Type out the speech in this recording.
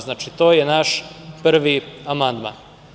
Znači, to je naš prvi amandman.